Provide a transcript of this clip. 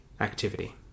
activity